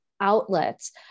outlets